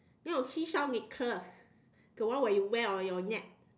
no seashell necklace the one where you wear on your neck